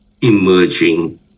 emerging